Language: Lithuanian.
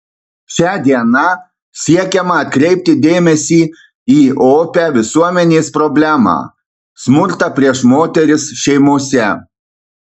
šia diena siekiama atkreipti dėmesį į opią visuomenės problemą smurtą prieš moteris šeimose